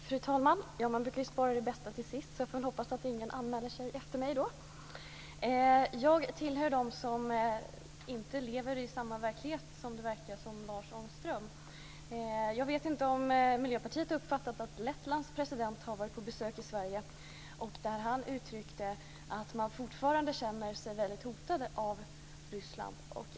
Fru talman! Man brukar ju spara det bästa till sist, så jag får väl hoppas att ingen anmäler sig efter mig. Lars Ångström förefaller inte leva i samma verklighet som jag. Jag vet inte om Miljöpartiet har uppfattat att Lettlands president har varit på besök i Sverige, varvid denne uttryckte att letterna fortfarande känner sig väldigt hotade av Ryssland.